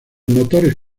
motores